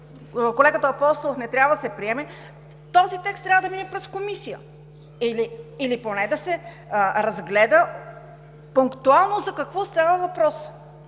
колегата Апостолов не трябва да се приеме, този текст трябва да мине през Комисията или поне да се разгледа пунктуално за какво става въпрос.